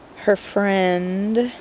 her friend,